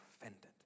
offended